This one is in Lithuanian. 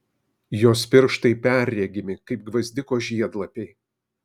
jos pirštai perregimi kaip gvazdiko žiedlapiai